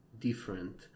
different